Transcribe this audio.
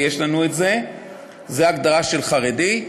זו הגדרה של חרדי,